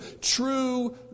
true